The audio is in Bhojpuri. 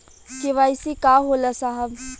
के.वाइ.सी का होला साहब?